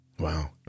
Wow